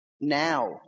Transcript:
now